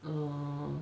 err